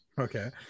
Okay